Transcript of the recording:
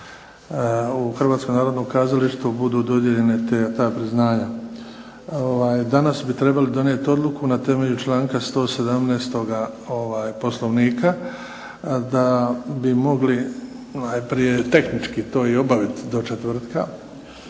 četvrtak 27-og u HNK-u budu dodijeljena ta priznanja. Danas bi trebali donijeti odluku na temelju članka 117. Poslovnika da bi mogli najprije tehničke to i obaviti do četvrtka